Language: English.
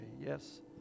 Yes